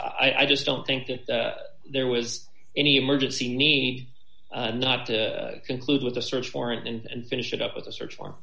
o i just don't think that there was any emergency knee not to conclude with a search warrant and finish it up with a search warrant